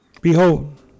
Behold